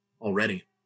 already